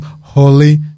Holy